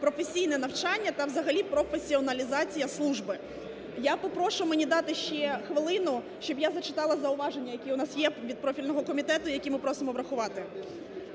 професійне навчання та взагалі професіоналізація служби. Я попрошу дати мені ще хвилину, щоб я зачитала зауваження, які у нас є від профільного комітету, які ми просимо врахувати.